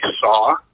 Saw